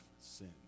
sin